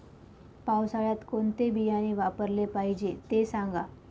पावसाळ्यात कोणते बियाणे वापरले पाहिजे ते सांगा